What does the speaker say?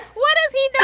what does he know?